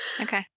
Okay